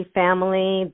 family